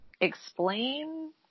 explain